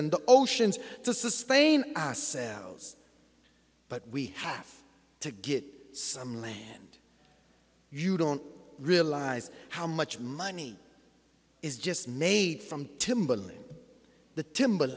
and oceans to sustain ourselves but we have to get some land you don't realize how much money is just made from timbalier the timber